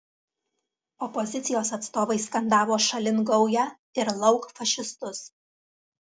opozicijos atstovai skandavo šalin gaują ir lauk fašistus